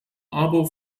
aber